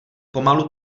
pomalu